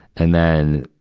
and then,